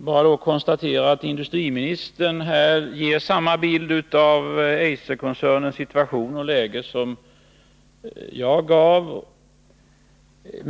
Jag kan konstatera att industriministern ger samma bild av Eiserkoncernens situation som jag gav.